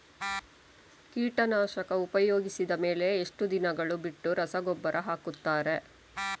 ಕೀಟನಾಶಕ ಉಪಯೋಗಿಸಿದ ಮೇಲೆ ಎಷ್ಟು ದಿನಗಳು ಬಿಟ್ಟು ರಸಗೊಬ್ಬರ ಹಾಕುತ್ತಾರೆ?